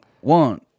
one